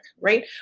right